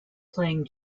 playing